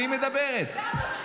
והיא מדברת.